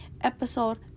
episode